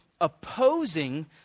opposing